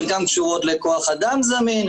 חלקן קשורות לכח אדם זמין,